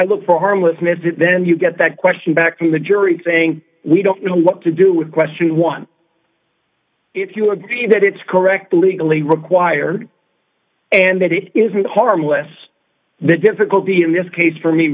i look for harmlessness then you get that question back in the jury saying we don't know what to do with question one if you agree that it's correct legally required and that it isn't harmless the difficulty in this case for me